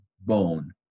bone